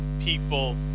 people